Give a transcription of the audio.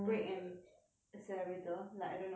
accelerator like I don't know I feel like